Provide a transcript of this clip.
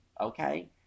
Okay